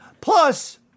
Plus